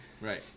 right